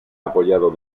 apoyado